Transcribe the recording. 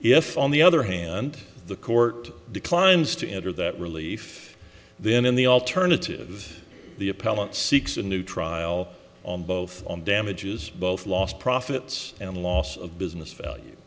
if on the other hand the court declines to enter that relief then in the alternative the appellant seeks a new trial on both on damages both lost profits and loss of business value